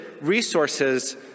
resources